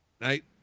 Night